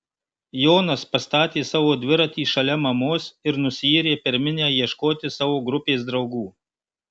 jonas pastatė savo dviratį šalia mamos ir nusiyrė per minią ieškoti savo grupės draugų